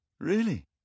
Really